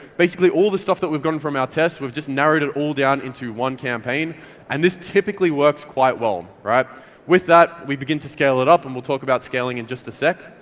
basically all the stuff that we've gotten from our tests we've just narrowed it all down into one campaign and this typically works quite well. well. with that, we begin to scale it up and we'll talk about scaling in just a sec.